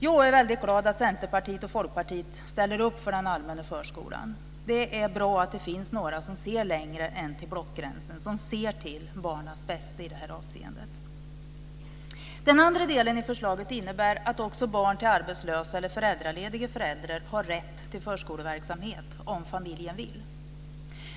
Jag är väldigt glad att Centerpartiet och Folkpartiet ställer upp för den allmänna förskolan. Det är bra att det finns några som ser längre än till blockgränsen, som ser till barnens bästa i det här avseendet. Den andra delen i förslaget innebär att också barn till arbetslösa eller föräldralediga föräldrar har rätt till förskoleverksamhet - om familjen vill.